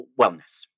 wellness